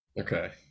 Okay